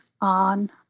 on